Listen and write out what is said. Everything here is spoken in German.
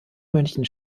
münchen